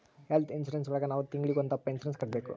health insurance ಒಳಗ ನಾವ್ ತಿಂಗ್ಳಿಗೊಂದಪ್ಪ ಇನ್ಸೂರೆನ್ಸ್ ಕಟ್ಟ್ಬೇಕು